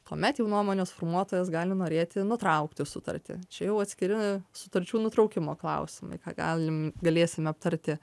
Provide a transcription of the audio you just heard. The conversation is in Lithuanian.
kuomet jau nuomonės formuotojas gali norėti nutraukti sutartį čia jau atskiri sutarčių nutraukimo klausimai ką galim galėsime aptarti